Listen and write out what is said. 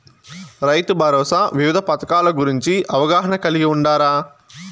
రైతుభరోసా వివిధ పథకాల గురించి అవగాహన కలిగి వుండారా?